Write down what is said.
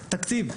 לצערי, תקציב.